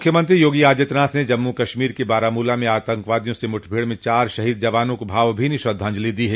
मुख्यमंत्री योगी आदित्यनाथ ने जम्मू कश्मीर के बारामूला में आतंकवादियों से मुठभेड़ में चार शहीद जवानों को भावभीनी श्रद्धाजंलि दी है